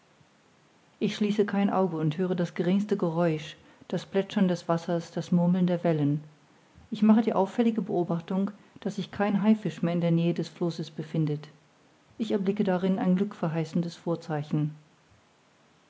ich schließe kein auge und höre das geringste geräusch das plätschern des wassers das murmeln der wellen ich mache die auffällige beobachtung daß sich kein haifisch mehr in der nähe des flosses befindet ich erblicke darin ein glückverheißendes vorzeichen